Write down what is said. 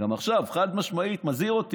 גם עכשיו, "חד-משמעית", מזהיר אותי.